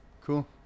Cool